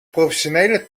professionele